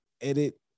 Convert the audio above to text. edit